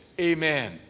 Amen